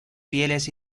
fieles